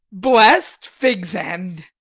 blest fig's end!